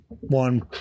one